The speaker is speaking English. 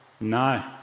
no